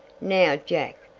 now, jack,